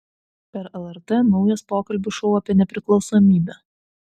per lrt naujas pokalbių šou apie nepriklausomybę